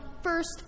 first